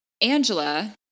Angela